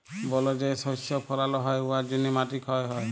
বল যে শস্য ফলাল হ্যয় উয়ার জ্যনহে মাটি ক্ষয় হ্যয়